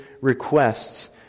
requests